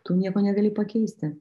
tu nieko negali pakeisti